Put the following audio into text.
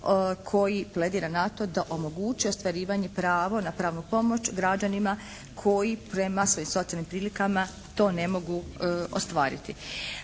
koji pledira na to da omoguće ostvarivanje prava na pravnu pomoć građanima koji prema svojim socijalnim prilikama to ne mogu ostvariti.